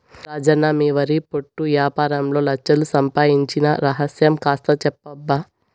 రాజన్న మీ వరి పొట్టు యాపారంలో లచ్ఛలు సంపాయించిన రహస్యం కాస్త చెప్పబ్బా